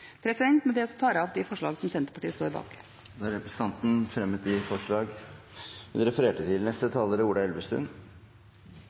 Med det tar jeg opp de forslagene som Senterpartiet står bak. Da har representanten Marit Arnstad tatt opp de forslagene hun refererte til.